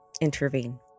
intervene